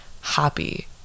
happy